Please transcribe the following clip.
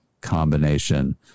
combination